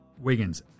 Wiggins